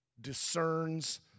discerns